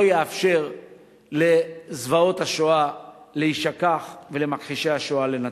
שלא יאפשר לזוועות השואה להישכח ולמכחישי השואה לנצח.